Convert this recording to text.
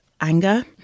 anger